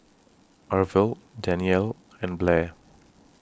Arvil Danelle and Blair